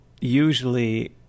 usually